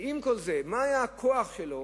ועם כל זה, מה היה הכוח שלו